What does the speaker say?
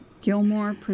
Gilmore